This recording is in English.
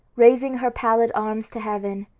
raising her pallid arms to heaven,